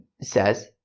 says